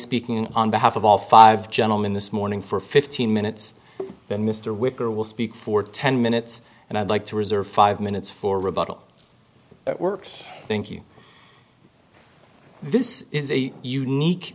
speaking on behalf of all five gentlemen this morning for fifteen minutes then mr wicker will speak for ten minutes and i'd like to reserve five minutes for rebuttal work thank you this is a unique